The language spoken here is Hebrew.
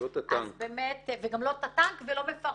וגם לא את הטנק.